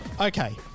Okay